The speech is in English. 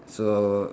so